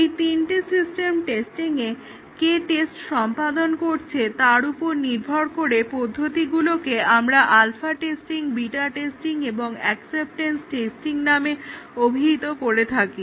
এই তিনটে সিস্টেম টেস্টিংয়ে কে টেস্ট সম্পাদন করেছে তার উপর নির্ভর করে পদ্ধতিগুলোকে আমরা আলফা টেস্টিং বিটা টেস্টিং এবং অ্যাকসেপটেন্স টেস্টিং নামে অভিহিত করে থাকি